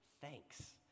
thanks